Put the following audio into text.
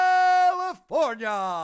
California